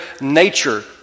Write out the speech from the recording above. nature